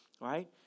Right